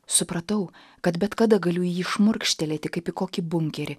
supratau kad bet kada galiu į jį šmurkštelėti kaip į kokį bunkerį